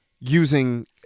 using